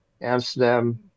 Amsterdam